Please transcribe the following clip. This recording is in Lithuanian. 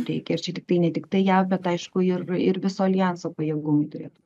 reikia ir čia tiktai ne tiktai ją bet aišku ir ir viso aljanso pajėgumai turėtų